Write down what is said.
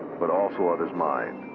but also of his mind.